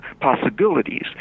possibilities